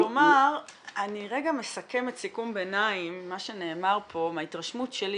אני רגע מסכמת סיכום ביניים ממה שנאמר פה מההתרשמות שלי.